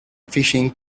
fishing